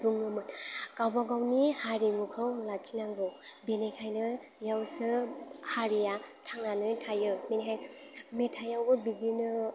बुङोमोन गावबा गावनि हारिमुखौ लाखिनांगौ बेनिखायनो बेयावसो हारिया थांनानै थायो बेनिखायनो मेथाइआवबो बिदिनो